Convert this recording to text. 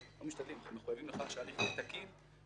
ואנחנו מחויבים לכך שההליך יהיה תקין,